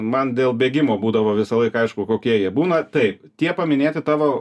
man dėl bėgimo būdavo visąlaik aišku kokie jie būna taip tie paminėti tavo